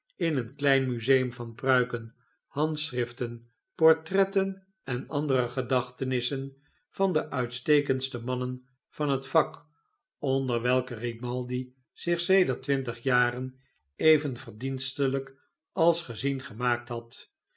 in een klein museum vanpruiken handschriften portretten en andere gedaehtenissen van de uitstekendste mannen van het vak onder welke grimaldi zich sedert twintig jaren even verdienstelijk als gezien gemaakt had